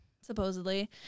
supposedly